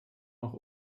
auch